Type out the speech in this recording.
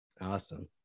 Awesome